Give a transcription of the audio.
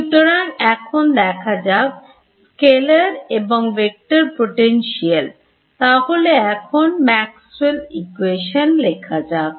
সুতরাং এখন দেখা যাক Scalar এবং ভেক্টর পোটেনশিয়াল তাহলে এখন Maxwells ইকোয়েশন লেখা যাক